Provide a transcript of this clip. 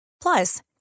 Plus